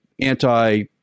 anti—